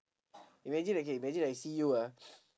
imagine again imagine I see you ah